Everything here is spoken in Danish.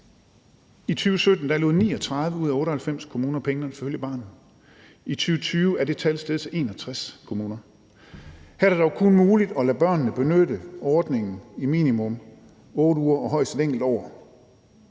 I 2017 lod 39 ud af 98 kommuner pengene følge barnet. I 2020 er det tal steget til 61 kommuner. Her er det dog kun muligt at lade børnene benytte ordningen i minimum 8 uger og højst et enkelt år.